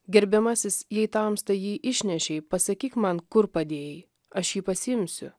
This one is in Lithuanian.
gerbiamasis jei tamsta jį išnešei pasakyk man kur padėjai aš jį pasiimsiu